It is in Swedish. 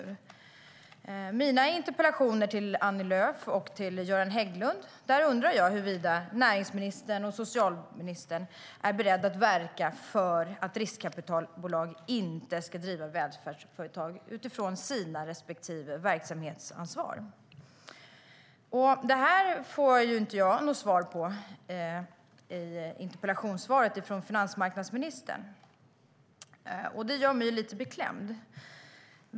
I mina interpellationer till Annie Lööf och Göran Hägglund frågar jag huruvida näringsministern och socialministern, utifrån sina respektive verksamhetsansvar, är beredda att verka för att riskkapitalbolag inte ska driva välfärdsföretag. Det får jag inget svar på i det interpellationssvar som finansmarknadsministern lämnat, vilket gör mig lite beklämd.